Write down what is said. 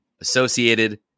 associated